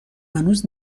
هنوز